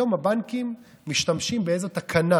היום הבנקים משתמשים באיזו תקנה